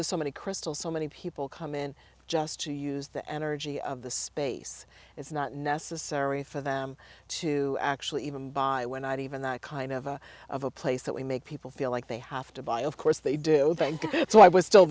there's so many crystal so many people come in just to use the energy of the space it's not necessary for them to actually even buy when i'd even that kind of a of a place that we make people feel like they have to buy of course they do thank you so i was still